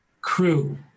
crew